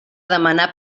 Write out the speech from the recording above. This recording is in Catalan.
demanar